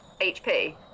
HP